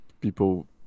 people